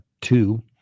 two